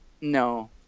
no